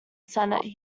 senate